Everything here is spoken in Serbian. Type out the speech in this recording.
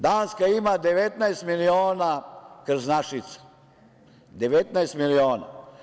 Danska ima 19 miliona krznašica, 19 miliona.